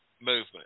movement